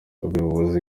umuyobozi